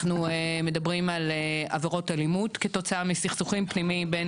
אנחנו מדברים על עבירות אלימות כתוצאה מסכסוכים פנימיים בין